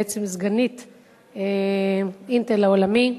בעצם סגנית "אינטל" העולמי,